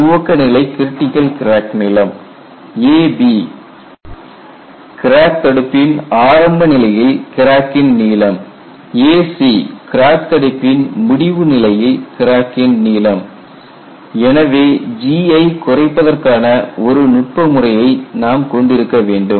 ac துவக்கநிலை critical crack நீளம் ab crack தடுப்பின் ஆரம்ப நிலையில் கிராக்கின் நீளம் ac கிராக் தடுப்பின் முடிவு நிலையில் கிராக்கின் நீளம் Refer Slide Time 2937 எனவே G ஐ குறைப்பதற்கான ஒரு நுட்ப முறையை நாம் கொண்டிருக்க வேண்டும்